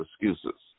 excuses